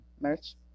merch